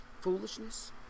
foolishness